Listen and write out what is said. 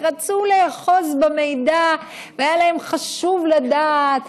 שרצו לאחוז במידע והיה להם חשוב לדעת,